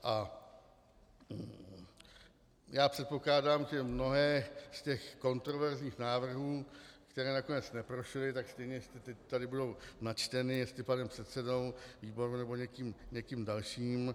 A já předpokládám, že mnohé z těch kontroverzních návrhů, které nakonec neprošly, tak stejně ještě teď tady budou načteny, jestli panem předsedou výboru, nebo někým dalším.